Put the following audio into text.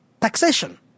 taxation